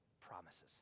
promises